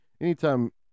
Anytime